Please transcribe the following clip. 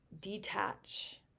detach